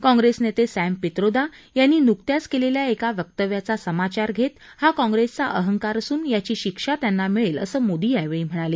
काँग्रेस नेते सपित्रोदा यांनी नुकत्याच केलेल्या एका वक्तव्याचा समाचार घेत हा काँग्रेसचा अहंकार असून याची शिक्षा त्यांना मिळेल असं मोदी यावेळी म्हणाले